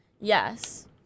Yes